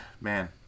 man